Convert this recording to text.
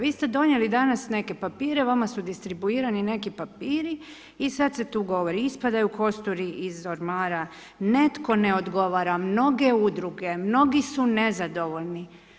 Vi ste donijeli danas neke papire, vama su distribuirani neki papiri i sad se tu govori, ispadaju kosturi iz ormara, netko ne odgovara, mnoge udruge, mnogi su nezadovoljni.